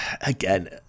again